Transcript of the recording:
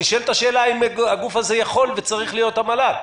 נשאלת שאלה האם הגוף הזה יכול וצריך להיות המל"ל.